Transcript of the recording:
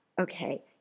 Okay